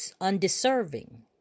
undeserving